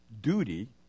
duty